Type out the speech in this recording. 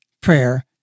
prayer